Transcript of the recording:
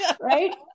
right